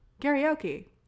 Karaoke